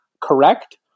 correct